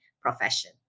profession